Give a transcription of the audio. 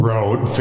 Road